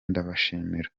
ndabashimira